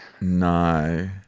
no